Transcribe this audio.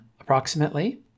approximately